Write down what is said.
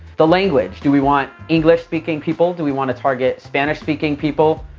the language, do we want english speaking people? do we want to target spanish speaking people?